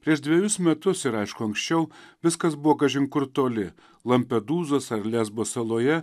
prieš dvejus metus ir aišku anksčiau viskas buvo kažin kur toli lampedūzos ar lesbo saloje